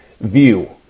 view